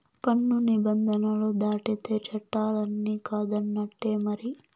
పన్ను నిబంధనలు దాటితే చట్టాలన్ని కాదన్నట్టే మరి